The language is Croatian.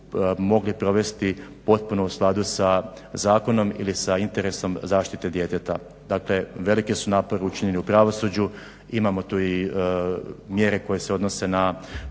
mogli provesti potpuno u skladu sa zakonom ili sa interesom zaštite djeteta. Dakle, veliki su napori učinjeni u pravosuđu, imamo tu i mjere koje se odnose na